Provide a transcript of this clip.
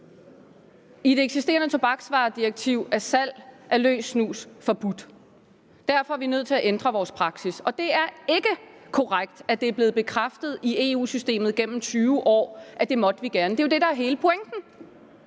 I det eksisterende tobaksvaredirektiv er salg af løs snus forbudt. Derfor er vi nødt til at ændre vores praksis. Og det er ikke korrekt, at det er blevet bekræftet i EU-systemet gennem 20 år, at det måtte vi gerne. Det er jo det, der er hele pointen.